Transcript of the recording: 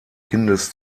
kindes